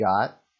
got